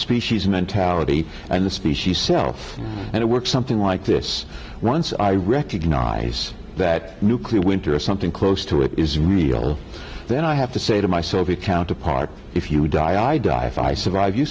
species mentality and a species self and it works something like this once i recognize that nuclear winter or something close to it is real then i have to say to myself you counterpart if you die i die if i survive you